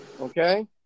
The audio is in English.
Okay